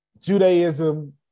Judaism